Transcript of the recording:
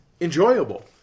enjoyable